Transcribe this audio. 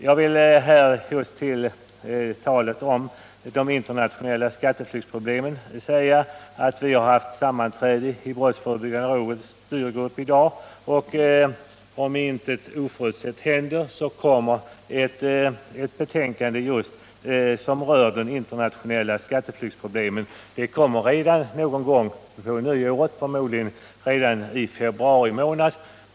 Jag vill med anledning av talet om de internationella skatteflyktsproblemen säga att vi haft sammanträde i brottsförebyggande rådets styrgrupp i dag och att jag fått beskedet att om inget oförutsett inträffar kommer ett betänkande som behandlar det internationella skatteflyktsproblemet att framläggas redan någon gång i början av nästa år, förmodligen i februari månad.